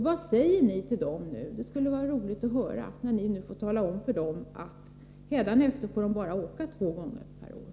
Det skulle vara intressant att höra vad ni skall säga, när ni nu vill tala om för dem att de hädanefter bara skall få åka två gånger per år.